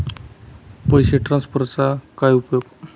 पैसे ट्रान्सफरचा काय उपयोग?